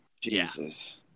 Jesus